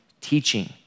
teaching